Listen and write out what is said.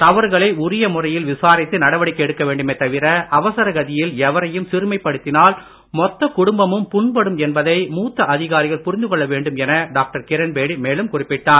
தவறுகளை உரிய முறையில் விசாரித்து நடவடிக்கை எடுக்க வேண்டுமே தவிர அவசர கதியில் எவரையும் சிறுமைப் படுத்தினால் மொத்தக் குடும்பமும் புண்படும் என்பதை மூத்த அதிகாரிகள் புரிந்து கொள்ள வேண்டும் என டாக்டர் கிரண்பேடி மேலும் குறிப்பிட்டார்